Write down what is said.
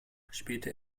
späte